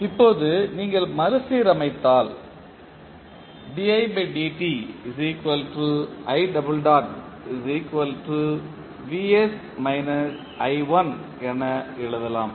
இப்போது நீங்கள் மறுசீரமைத்தால் என எழுதலாம்